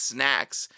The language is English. Snacks